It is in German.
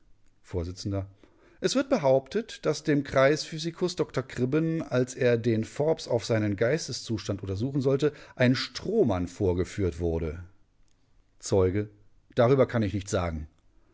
vors es wird behauptet daß dem kreisphysikus dr kribben als er den forbes auf seinen geisteszustand untersuchen sollte ein strohmann vorgeführt wurde zeuge darüber kann ich nichts sagen